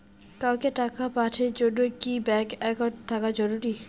কাউকে টাকা পাঠের জন্যে কি ব্যাংক একাউন্ট থাকা জরুরি?